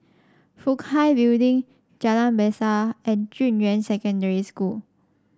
Fook Hai Building Jalan Besar and Junyuan Secondary School